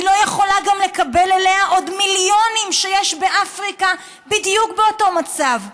היא לא יכולה גם לקבל אליה עוד מיליונים שיש באפריקה בדיוק באותו מצב.